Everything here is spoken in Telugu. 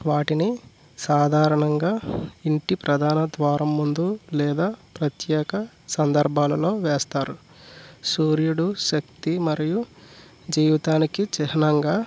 వాటిని సాధారణంగా ఇంటి ప్రధాన ద్వారం ముందు లేదా ప్రత్యేక సందర్భాలలో వేస్తారు సూర్యుడు శక్తి మరియు జీవితానికి చిహ్నంగా